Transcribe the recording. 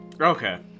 Okay